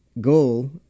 goal